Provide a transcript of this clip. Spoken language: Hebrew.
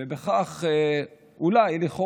ובכך אולי, לכאורה,